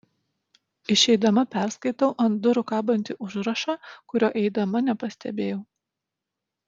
išeidama perskaitau ant durų kabantį užrašą kurio įeidama nepastebėjau